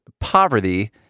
poverty